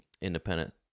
independent